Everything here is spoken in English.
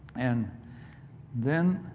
and then